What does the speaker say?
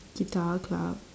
guitar club